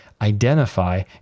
identify